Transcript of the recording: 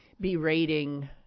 berating